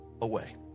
away